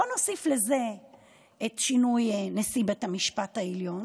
בוא נוסיף לזה את שינוי נשיא בית המשפט העליון